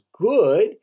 good